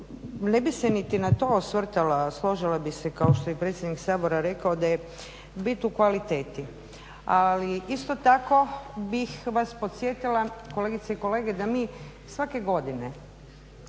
ne bih se niti na to osvrtala a složila bih se kao što je i predsjednik Sabora rekao da je bit u kvaliteti. Ali isto tako bih vas podsjetila kolegice i kolege da mi svake godine